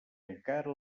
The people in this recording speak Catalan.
encara